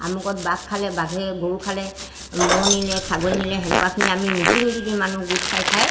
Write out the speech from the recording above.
আমুকত বাঘ খালে বাঘে গৰু খালে ম'হ নিলে ছাগলী নিলে তেনেকুৱাখিনি আমি মিটিং দি দি মানুহ গোট খাই খাই